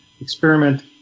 experiment